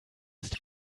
ist